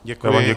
Děkuji.